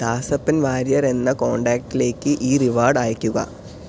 ദാസപ്പൻ വാര്യർ എന്ന കോൺടാക്ടിലേക്ക് ഈ റിവാർഡ് അയക്കുക